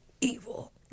evil